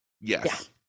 yes